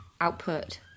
Output